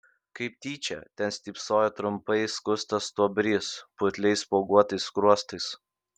kaip tyčia ten stypsojo trumpai skustas stuobrys putliais spuoguotais skruostais